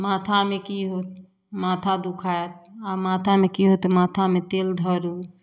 माथामे कि हैत माथा दुखाएत आओर माथामे कि हैत तऽ माथामे तेल धरू